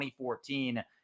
2014